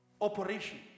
operation